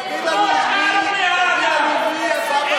תגיד לנו מי הבא בתור,